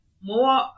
More